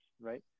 right